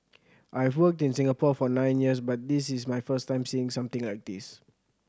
I've worked in Singapore for nine years but this is my first time seeing something like this